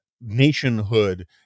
nationhood